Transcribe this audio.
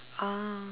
ah